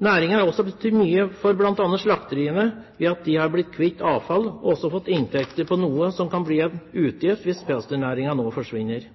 har også betydd mye for bl.a. slakteriene ved at de har blitt kvitt avfall, og de har også fått inntekter på noe som kan bli en utgift hvis pelsdyrnæringen nå forsvinner.